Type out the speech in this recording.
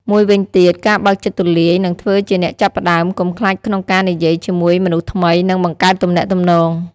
មួយវិញទៀង ការបើកចិត្តទូលាយ និងធ្វើជាអ្នកចាប់ផ្តើម កុំខ្លាចក្នុងការនិយាយជាមួយមនុស្សថ្មី និងបង្កើតទំនាក់ទំនង។